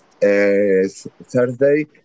Thursday